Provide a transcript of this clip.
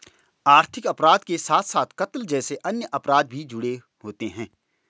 आर्थिक अपराध के साथ साथ कत्ल जैसे अन्य अपराध भी जुड़े होते हैं